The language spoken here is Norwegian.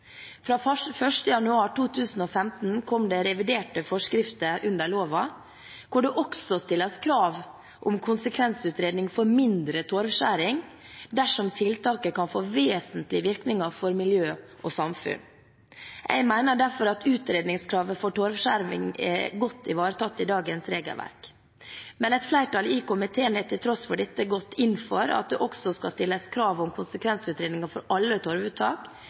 Fra 1. januar 2015 kom det reviderte forskrifter under loven, hvor det også stilles krav om konsekvensutredning for mindre torvskjæring dersom tiltaket kan få vesentlige virkninger for miljø og samfunn. Jeg mener derfor utredningskravet for torvskjæring er godt ivaretatt i dagens regelverk. Et flertall i komiteen har til tross for dette gått inn for at det også skal stilles krav om konsekvensutredninger for alle torvuttak,